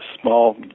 small